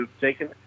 taken